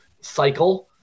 cycle